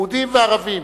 יהודים וערבים.